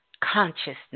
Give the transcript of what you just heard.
consciousness